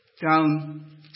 down